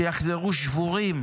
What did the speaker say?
שיחזרו שבורים